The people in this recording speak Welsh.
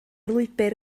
lwybr